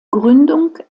gründung